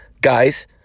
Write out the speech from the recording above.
guys